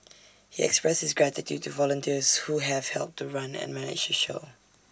he expressed his gratitude to volunteers who have helped to run and manage the show